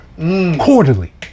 quarterly